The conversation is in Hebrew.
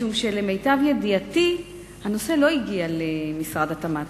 משום שלמיטב ידיעתי הנושא לא הגיע למשרד התמ"ת.